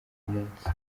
munsi